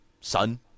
sun